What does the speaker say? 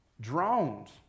Drones